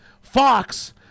Fox